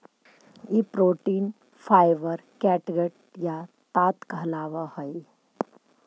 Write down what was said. ई protein fibre catgut या ताँत कहलावऽ हई